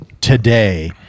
today